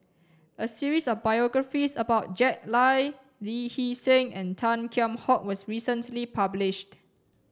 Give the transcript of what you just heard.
a series of biographies about Jack Lai Lee Hee Seng and Tan Kheam Hock was recently published